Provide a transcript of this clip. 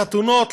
לחתונות,